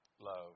love